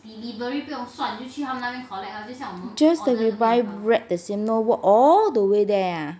just to buy bread the does that mean walk all the way there ah